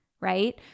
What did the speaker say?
right